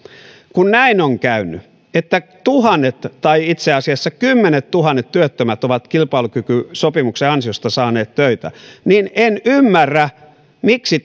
kun näin on käynyt että tuhannet tai itse asiassa kymmenettuhannet työttömät ovat kilpailukykysopimuksen ansiosta saaneet töitä niin en ymmärrä miksi